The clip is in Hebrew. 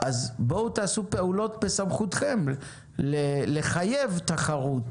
אז בואו תעשו פעולות שבסמכותכם לחייב תחרות